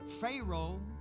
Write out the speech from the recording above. Pharaoh